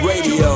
Radio